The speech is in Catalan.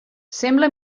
sembla